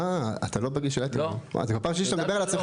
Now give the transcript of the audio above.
אה, אתה לא בגיל של אייטמים.